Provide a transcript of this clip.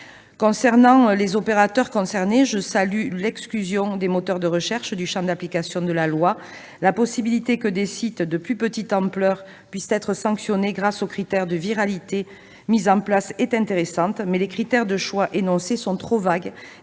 S'agissant des opérateurs concernés, je salue l'exclusion des moteurs de recherche du champ d'application de la loi. La possibilité que des sites de plus petite ampleur puissent être sanctionnés grâce au critère de viralité mis en place est intéressante, mais les critères de choix énoncés sont trop vagues